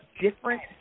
different